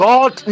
God